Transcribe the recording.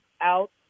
out